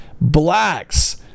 blacks